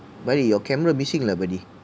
buddy your camera missing lah buddy